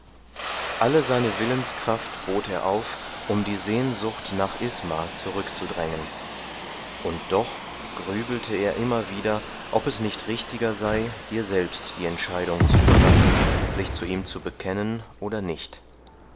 alle seine willenskraft bot er auf um die sehnsucht nach isma zurückzudrängen und doch grübelte er immer wieder ob es nicht richtiger sei ihr selbst die entscheidung zu überlassen sich zu ihm zu bekennen oder nicht